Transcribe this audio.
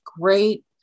great